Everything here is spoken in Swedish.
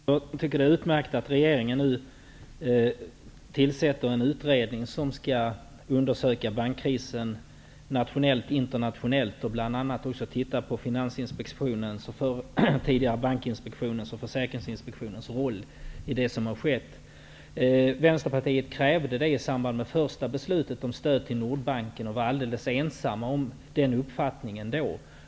Herr talman! Det är utmärkt att regeringen nu tillsätter en utredning som skall undersöka bankkrisen, nationellt och internationellt, och bl.a. också titta på Finansinspektionens, tidigare Bankinspektionen, och Försäkringsinspektionens roll i det som har skett. Vänsterpartiet krävde det i samband med det första beslutet om stöd till Nordbanken, och vi var helt ensamma om den uppfattningen då.